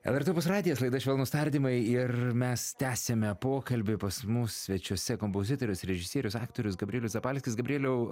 lrt opus radijas laida švelnūs tardymai ir mes tęsiame pokalbį pas mus svečiuose kompozitorius režisierius aktorius gabrielius zapalskis gabrieliau